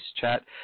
chat